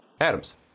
Adams